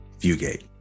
Fugate